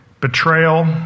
betrayal